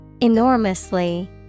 Enormously